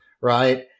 right